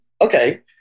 okay